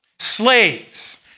Slaves